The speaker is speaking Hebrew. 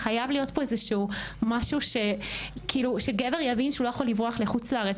חייב להיות פה משהו שגבר יבין שהוא לא יכול לברוח לחוץ לארץ,